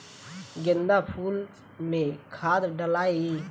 गेंदा फुल मे खाद डालाई?